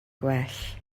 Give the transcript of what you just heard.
gwell